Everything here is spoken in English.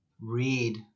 read